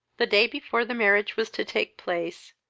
the day before the marriage was to take place,